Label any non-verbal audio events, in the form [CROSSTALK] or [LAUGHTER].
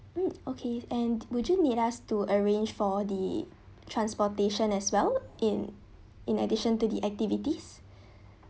mm okay and would you need us to arrange for the transportation as well in in addition to the activities [BREATH]